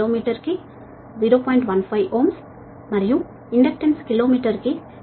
15Ω మరియు inductance kilo మీటరుకు 1